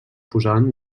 posaven